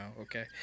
okay